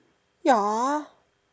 ya